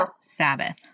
Sabbath